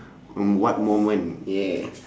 on what moment yeah